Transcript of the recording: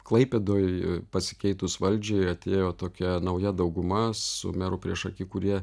klaipėdoj pasikeitus valdžiai atėjo tokia nauja dauguma su meru priešaky kurie